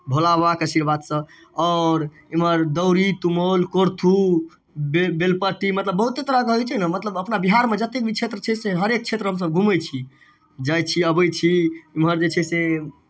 भोला बाबाके आशीर्वादसँ अओर एम्हर दौरी तुमौल कोरथू बे बेलपट्टी मतलब बहुते तरहके होइ छै नहि मतलब अपना बिहारमे जतेक भी क्षेत्र छै से हरेक क्षेत्रमे हमसभ घूमै छी जाइ छी अबै छी एम्हर जे छै से